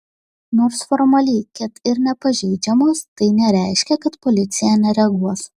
nors formaliai ket ir nepažeidžiamos tai nereiškia kad policija nereaguos